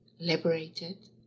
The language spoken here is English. liberated